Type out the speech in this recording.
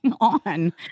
on